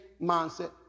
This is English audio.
mindset